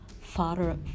father